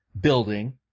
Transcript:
building